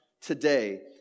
today